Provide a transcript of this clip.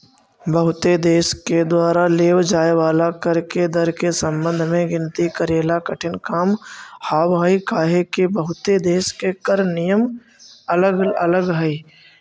बहुते देश के द्वारा लेव जाए वाला कर के दर के संबंध में गिनती करेला कठिन काम हावहई काहेकि बहुते देश के कर नियम अलग अलग हई